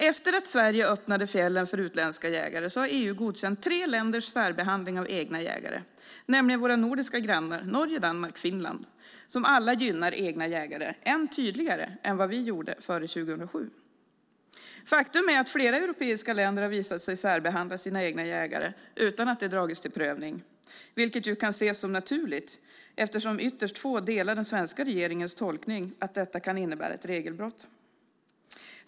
Efter att Sverige öppnade fjällen för utländska jägare har EU godkänt tre länders särbehandling av egna jägare, nämligen våra nordiska grannar Norge, Danmark och Finland som alla gynnar egna jägare än tydligare än vad vi gjorde före 2007. Faktum är att flera europeiska länder har visat sig särbehandla sina egna jägare utan att det dragits till prövning, vilket kan ses som naturligt eftersom ytterst få delar den svenska regeringens tolkning att detta kan innebära ett regelbrott.